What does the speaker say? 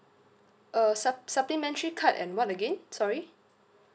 a sup~ supplementary card and what again sorry